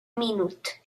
minut